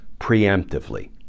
preemptively